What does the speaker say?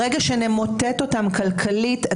ברגע שנמוטט אותם כלכלית,